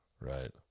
Right